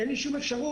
אין לי שום אפשרות